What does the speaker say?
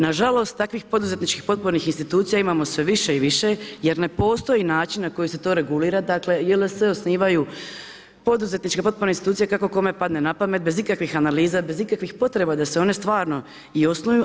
Nažalost, takvih poduzetničkih potpornih institucija, imamo sve više i više, jer ne postoji način na koji se to regulira, dakle JLS osnivaju poduzetničke potporne institucije kako kome padne na pamet, bez ikakvih analiza, bez ikakvih potreba da se one stvarno i osnuju.